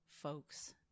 folks